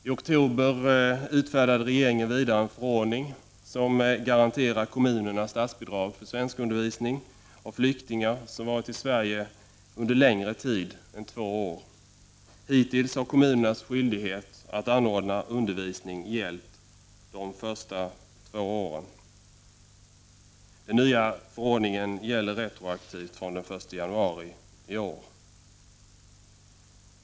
I oktober utfärdade regeringen vidare en förordning som garanterar kommunerna statsbidrag för svenskundervisning av flyktingar som varit i Sverige under längre tid än två år. Hittills har kommunernas skyldighet att anordna undervisning gällt de två första åren. Den nya förordningen gäller retroaktivt från den 1 januari i år.